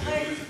אחרי.